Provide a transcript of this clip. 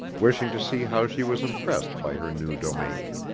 wishing to see how she was impressed by her new domain.